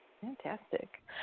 Fantastic